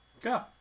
Go